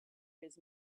his